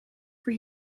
voor